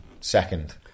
second